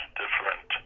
different